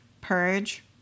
purge